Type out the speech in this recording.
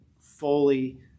fully